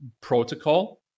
protocol